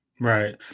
Right